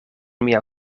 mia